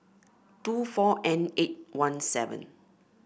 two four N eight one seven